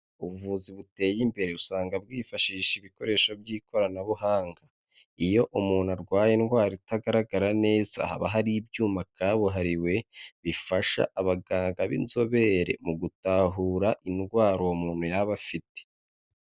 Ubuvuzi buteye imbere usanga bwifashisha ibikoresho by'ikoranabuhanga, iyo umuntu arwaye indwara itagaragara neza, haba hari ibyuma kabuhariwe bifasha abaganga b'inzobere mu gutahura indwara uwo muntu yaba afite.